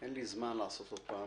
אין לי זמן לעשות עוד פעם.